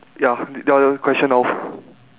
ya the question now